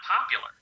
popular